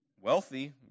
Wealthy